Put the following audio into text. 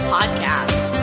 Podcast